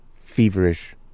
feverish